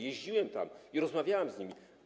Jeździłem tam i rozmawiałem z nimi.